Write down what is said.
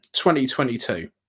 2022